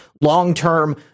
long-term